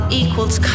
equals